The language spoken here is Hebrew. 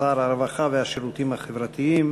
שר הרווחה והשירותים החברתיים